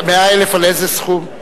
100,000 על איזה סכום?